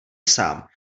sám